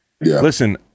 listen